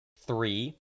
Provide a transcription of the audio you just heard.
three